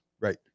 right